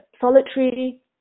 solitary